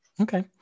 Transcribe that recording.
Okay